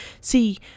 see